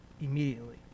immediately